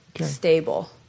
stable